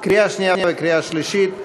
קריאה שנייה וקריאה שלישית.